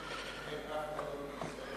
בדרכם של גדולי ישראל.